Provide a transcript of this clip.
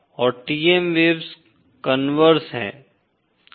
और TM waves converse हैं